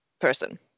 person